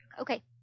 Okay